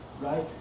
right